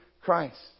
Christ